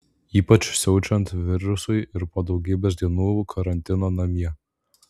ypač siaučiant virusui ir po daugybės dienų karantino namie